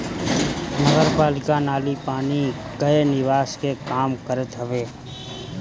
नगरपालिका नाली पानी कअ निकास के काम करत हवे